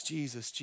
Jesus